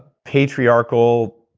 patriarchal,